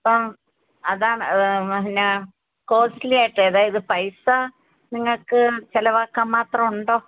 അപ്പം അതാണ് പിന്നെ കോസ്റ്റ്ലി ആയിട്ട് അതായത് പൈസ നിങ്ങൾക്ക് ചിലവാക്കാൻ മാത്രം ഉണ്ടോ